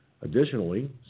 Additionally